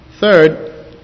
Third